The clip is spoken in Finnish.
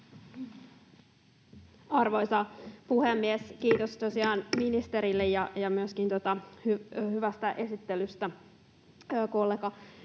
Arvoisa puhemies! Kiitos tosiaan ministerille ja myöskin hyvästä esittelystä kollega